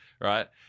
right